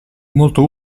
molto